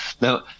Now